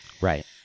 Right